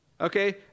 Okay